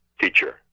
teacher